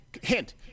Hint